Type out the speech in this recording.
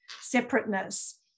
separateness